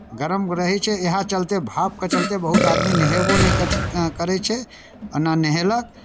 गरम रहै छै इएह चलते भापके चलते बहुत आदमी नहयबो नहि कर करै छै आ ने नहेलक